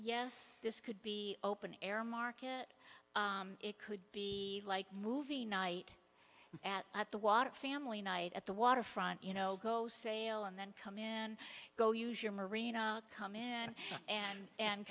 yes this could be open air market it could be like movie night at the water family night at the waterfront you know go sail and then come in go use your marina come in and and